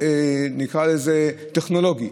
טכנולוגי,